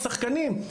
השחקנים.